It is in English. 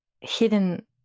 hidden